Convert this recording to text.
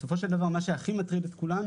בסופו של דבר מה שהכי מטריד את כולנו